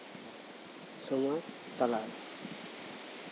ᱥᱚᱢᱟᱡᱽ ᱛᱟᱞᱟᱨᱮ